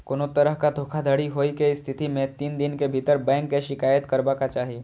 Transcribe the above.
कोनो तरहक धोखाधड़ी होइ के स्थिति मे तीन दिन के भीतर बैंक के शिकायत करबाक चाही